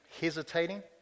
hesitating